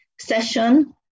session